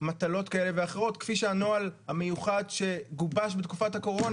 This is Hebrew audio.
מטלות כאלה ואחרות כפי שהנוהל המיוחד שגובש בתקופת הקורונה,